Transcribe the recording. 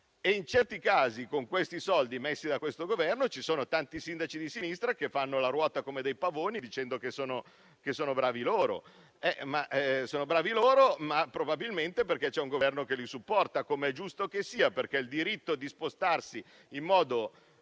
in certi casi, con i soldi messi da questo Governo, tanti sindaci di sinistra fanno la ruota come i pavoni, dicendo di essere bravi. Sono bravi, ma probabilmente perché c'è un Governo che li supporta, com'è giusto che sia, perché garantire il diritto di spostarsi in modo